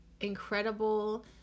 incredible